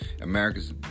America's